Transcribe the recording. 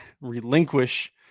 relinquish